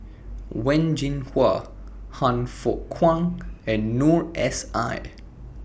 Wen Jinhua Han Fook Kwang and Noor S I